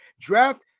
draft